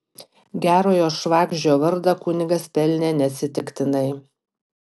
gerojo švagždžio vardą kunigas pelnė neatsitiktinai